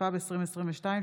התשפ"ב 2022,